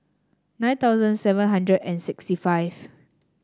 nine thousand seven hundred and sixty five